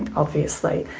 and obviously.